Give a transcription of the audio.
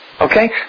Okay